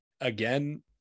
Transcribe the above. again